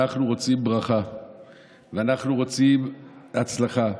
ואם אנחנו רוצים הצלחה,